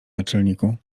naczelniku